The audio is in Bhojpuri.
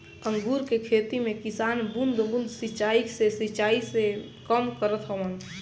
अंगूर के खेती में किसान बूंद बूंद सिंचाई से सिंचाई के काम करत हवन